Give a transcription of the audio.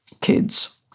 kids